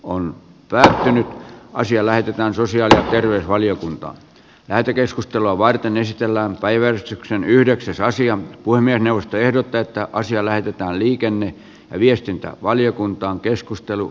on tärkeä asia lähetetään sosiaali ja terveysvaliokunta lähetekeskustelua varten esitellään päivän yhdeksäs aasian pulmien ostoehdot täyttää asia lähetetään arvoisa herra puhemies